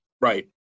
Right